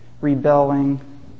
rebelling